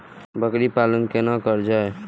बकरी पालन केना कर जाय?